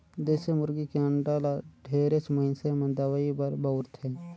देसी मुरगी के अंडा ल ढेरेच मइनसे मन दवई बर बउरथे